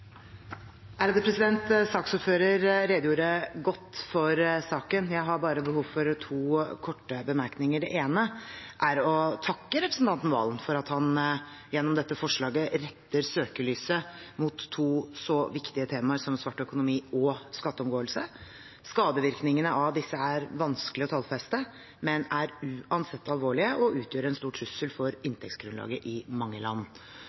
redegjorde godt for saken. Jeg har bare behov for to korte bemerkninger. Det ene er å takke representanten Serigstad Valen for at han gjennom dette forslaget retter søkelyset mot to så viktige temaer som svart økonomi og skatteomgåelse. Skadevirkningene av disse er vanskelige å tallfeste, men de er uansett alvorlige og utgjør en stor trussel for inntektsgrunnlaget i mange land.